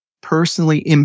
personally